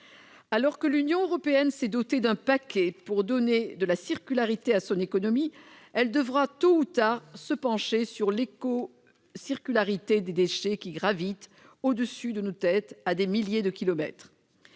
Alors que l'Union européenne s'est dotée d'un paquet législatif pour donner de la circularité à son économie, elle devra, tôt ou tard, se pencher sur l'écocircularité des déchets qui gravitent à des milliers de kilomètres